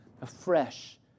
afresh